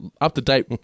up-to-date